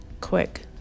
quick